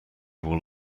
will